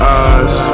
eyes